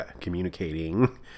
communicating